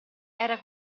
era